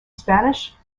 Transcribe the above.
spanish